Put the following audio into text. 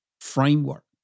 framework